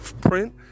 print